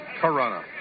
Corona